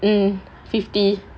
hmm fifty